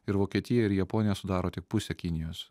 ir vokietija ir japonija sudaro tik pusę kinijos